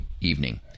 evening